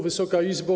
Wysoka Izbo!